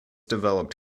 developed